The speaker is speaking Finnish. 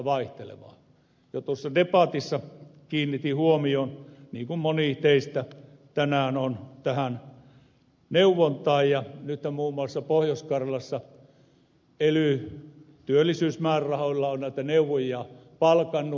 jo tuossa debatissa kiinnitin huomion niin kuin moni teistä tänään tähän neuvontaan ja nythän muun muassa pohjois karjalassa ely työllisyysmäärärahoilla on näitä neuvojia palkannut